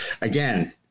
again